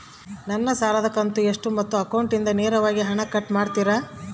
ನನ್ನ ಸಾಲದ ಕಂತು ಎಷ್ಟು ಮತ್ತು ಅಕೌಂಟಿಂದ ನೇರವಾಗಿ ಹಣ ಕಟ್ ಮಾಡ್ತಿರಾ?